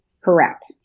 Correct